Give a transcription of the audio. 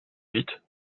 huit